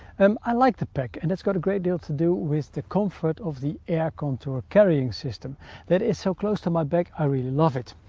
um i like the pack, and its got a great deal to do with the comfort of the air contour carrying system that it's so close to my back, i really love it.